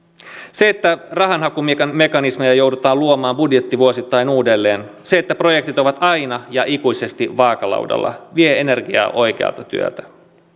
se että rahanhakumekanismeja joudutaan luomaan budjettivuosittain uudelleen se että projektit ovat aina ja ikuisesti vaakalaudalla vie energiaa oikealta työltä